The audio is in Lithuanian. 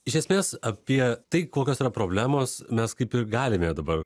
iš esmės apie tai kokios yra problemos mes kaip ir galime dabar